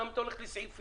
למה את הולכת לסעיפים?